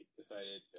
decided